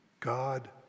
God